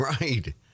right